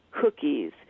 cookies